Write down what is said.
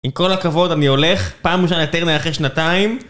עם כל הכבוד אני הולך, פעם ראשונה יותר נאחר שנתיים